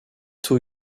two